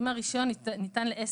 אסביר.